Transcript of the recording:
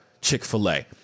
Chick-fil-A